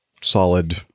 solid